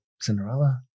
cinderella